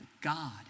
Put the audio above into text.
God